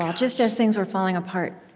um just as things were falling apart.